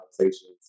conversations